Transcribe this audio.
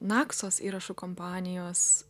naksos įrašų kompanijos